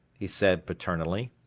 he said paternally,